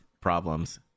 problems